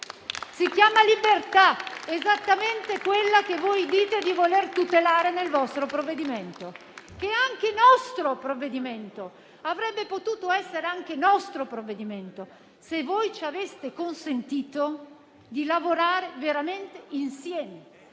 Libertà, esattamente quella che voi dite di voler tutelare nel vostro provvedimento, che avrebbe potuto essere anche il nostro provvedimento, se voi ci aveste consentito di lavorare veramente insieme,